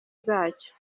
zacyo